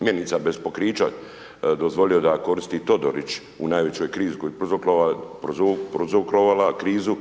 mjenica bez pokrića dozvolio da koristi Todorić u najveći krizi koju je prouzrokovala krizu